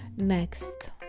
Next